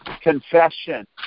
confession